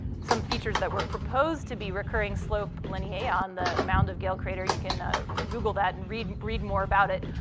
some features that were proposed to be recurring slope lineae on the mound of gale crater. you can google that and read read more about it.